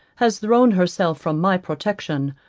has thrown herself from my protection,